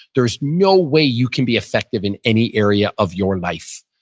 there's no way you can be effective in any area of your life.